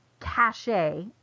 cachet